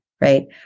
right